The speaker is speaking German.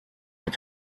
mit